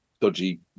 dodgy